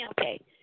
Okay